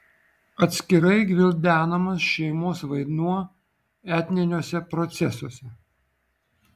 atskirai gvildenamas šeimos vaidmuo etniniuose procesuose